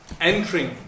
entering